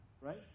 right